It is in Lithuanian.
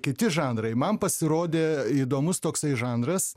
kiti žanrai man pasirodė įdomus toksai žanras